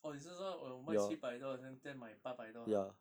orh 你是说 when 我卖七百多好像这样买八百多啊